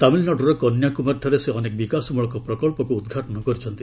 ତାମିଲ୍ନାଡ଼ର କନ୍ୟାକ୍ରମାରୀଠାରେ ସେ ଅନେକ ବିକାଶମ୍ଭଳକ ପ୍ରକଳ୍ପକ୍ ଉଦ୍ଘାଟନ କରିଛନ୍ତି